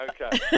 Okay